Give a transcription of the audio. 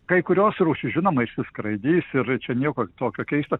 kai kurios rūšys žinomais skraidys ir čia nieko tokio keisto